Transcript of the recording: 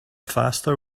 faster